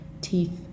teeth